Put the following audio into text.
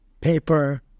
paper